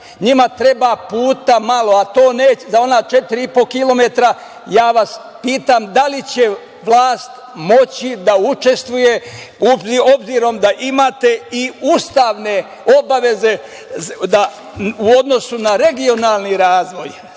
Njima treba puta malo, a to neće za ona 4,5 kilometra. Ja vas pitam – da li će vlast moći da učestvuje, obzirom da imate i ustavne obaveze u odnosu na regionalni razvoj? Član